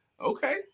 Okay